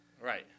Right